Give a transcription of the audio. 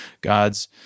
God's